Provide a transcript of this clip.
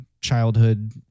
childhood